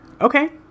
Okay